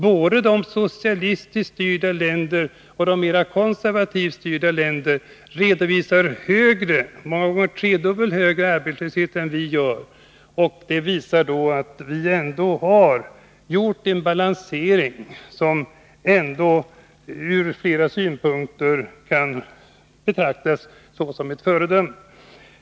Både de socialistiskt styrda länderna och de mer konservativt styrda länderna redovisar många gånger tredubbelt högre arbetslöshetssiffror än vi. Det visar att vi ändå gjort en balansering som ur flera synpunkter kan betraktas som ett föredöme.